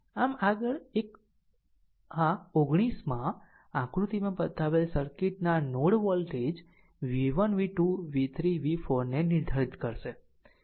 આમ આગળ એક આ 19 માં આકૃતિમાં બતાવેલ સર્કિટના node voltage v1 v2 v3 v4 ને નિર્ધારિત કરશે